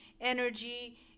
energy